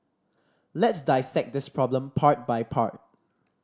let's dissect this problem part by part